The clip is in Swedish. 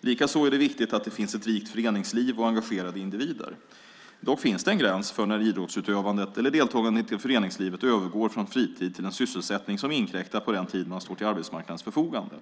Likaså är det viktigt att det finns ett rikt föreningsliv och engagerade individer. Dock finns det en gräns för när idrottsutövandet eller deltagandet i föreningslivet övergår från fritid till en sysselsättning som inkräktar på den tid man står till arbetsmarknadens förfogande.